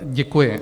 Děkuji.